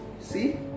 See